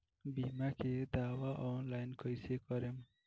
बीमा के दावा ऑनलाइन कैसे करेम?